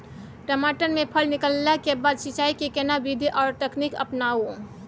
टमाटर में फल निकलला के बाद सिंचाई के केना विधी आर तकनीक अपनाऊ?